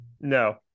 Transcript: No